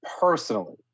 personally